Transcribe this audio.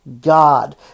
god